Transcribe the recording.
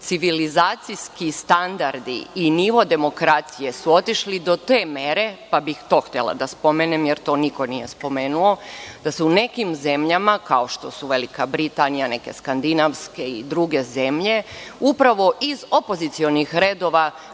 civilizacijski standardi i nivo demokratije su otišli do te mere, pa bih to htela da spomenem, jer to niko nije spomenuo, da se u nekim zemljama, kao što su Velika Britanija, neke skandinavske i druge zemlje, upravo iz opozicionih redova